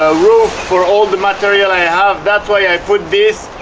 ah roof for all the material i have, that's why i put this